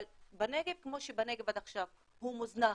אבל בנגב כמו שבנגב עד עכשיו, הוא מוזנח,